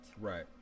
right